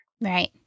Right